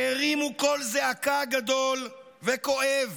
שהרימו קול זעקה גדול וכואב